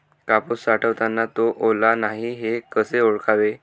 कापूस साठवताना तो ओला नाही हे कसे ओळखावे?